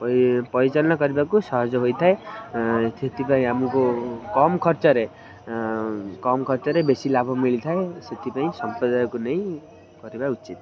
ପରିଚାଳନା କରିବାକୁ ସହଜ ହୋଇଥାଏ ସେଥିପାଇଁ ଆମକୁ କମ୍ ଖର୍ଚ୍ଚରେ କମ୍ ଖର୍ଚ୍ଚରେ ବେଶୀ ଲାଭ ମିଳିଥାଏ ସେଥିପାଇଁ ସମ୍ପ୍ରଦାୟକୁ ନେଇ କରିବା ଉଚିତ୍